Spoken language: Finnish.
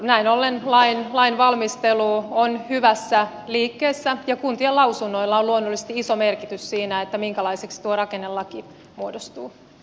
näin ollen lain valmistelu on hyvässä liikkeessä ja kuntien lausunnoilla on luonnollisesti iso merkitys siinä minkälaiseksi tuo rakennelaki muodostuu